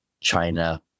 China